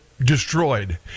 Destroyed